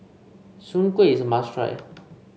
Soon Kway is a must try